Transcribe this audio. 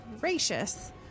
gracious